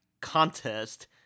contest